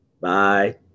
Bye